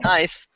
Nice